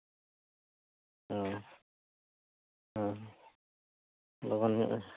ᱚ ᱦᱮᱸ ᱞᱚᱜᱚᱱ ᱧᱚᱜ